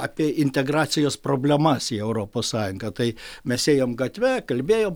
apie integracijos problemas į europos sąjungą tai mes ėjom gatve kalbėjom